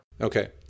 Okay